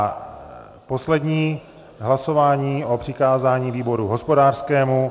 A poslední hlasování o přikázání výboru hospodářskému.